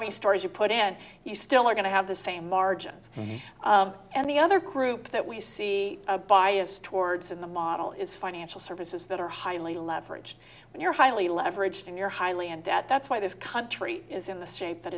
many stories you put in you still are going to have the same margins and the other group that we see a bias towards in the model is financial services that are highly leveraged when you're highly leveraged and you're highly in debt that's why this country is in the state that